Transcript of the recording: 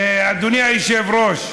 אדוני היושב-ראש.